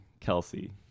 Kelsey